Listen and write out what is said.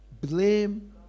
blame